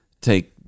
take